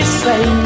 say